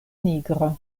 nigra